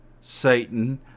Satan